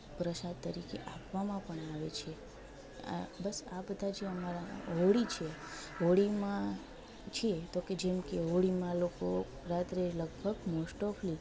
પ્રસાદ તરીકે આપવામાં પણ આવે છે આ બસ આ બધા જે અમારા હોળી છે હોળીમાં છીએ તો કે જેમ કે હોળીમાં લોકો રાત્રે લગભગ મોસ્ટઓફલી